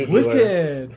Wicked